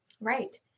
Right